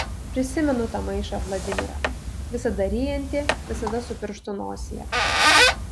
prisimenu tą maišą vladimirą visada ryjantį visada su pirštu nosyje